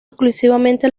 exclusivamente